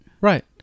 Right